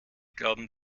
glauben